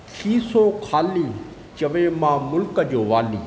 ख़ीसो खाली चवे मां मुल्क जो वाली